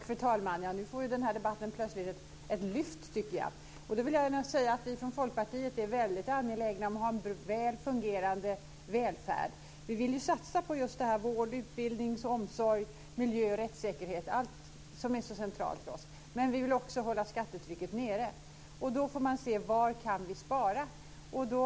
Fru talman! Nu plötsligt får debatten, tycker jag, ett lyft. Vi i Folkpartiet är väldigt angelägna om att ha en väl fungerande välfärd. Vi vill satsa just på vård, utbildning, omsorg, miljö och rättssäkerhet - på allt sådant som är mycket centralt för oss - men vi vill också hålla skattetrycket nere, och då får man se till var vi kan spara.